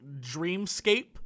dreamscape